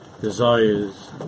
desires